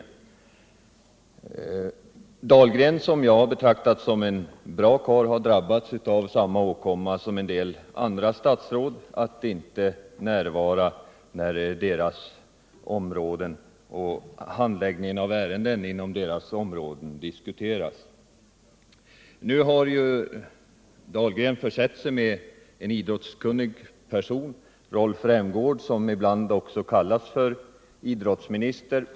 Anders Dahlgren, som jag betraktat som en bra karl, har drabbats av samma åkomma som en del andra statsråd drabbats av: att inte närvara då ärenden inom deras områden diskuteras. Jordbruksministern har försett sig med en idrottskunnig person, Rolf Rämgård, som ibland också kallas för idrottsminister.